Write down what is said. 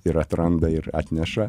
ir atranda ir atneša